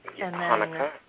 Hanukkah